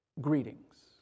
greetings